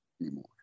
anymore